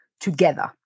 together